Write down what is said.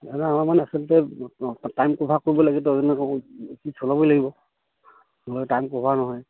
দাদা আমাৰ মানে আচলতে অঁ টাইম কভাৰ কৰিব লাগেতো জোৰকৈ চলাবই লাগিব নহ'লে টাইম কভাৰ নহয়